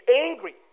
angry